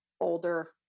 older